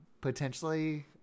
potentially